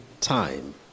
time